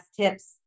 tips